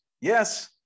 Yes